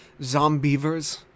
Zombievers